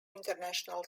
international